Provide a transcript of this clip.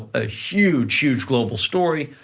a huge, huge global story.